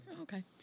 Okay